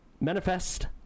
Manifest